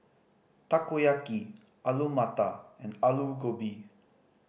Takoyaki Alu Matar and Alu Gobi